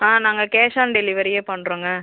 ஆ நாங்கள் cash on டெலிவெரியே பண்ணுறோங்க